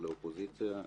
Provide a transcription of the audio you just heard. לאופוזיציה.